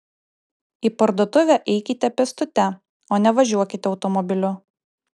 į parduotuvę eikite pėstute o ne važiuokite automobiliu